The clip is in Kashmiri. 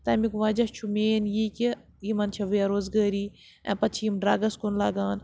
تَمیُک وَجہ چھُ مین یہِ کہِ یِمَن چھےٚ بے روزگٲری اَمہِ پَتہٕ چھِ یِم ڈرٛگٕس کُن لَگان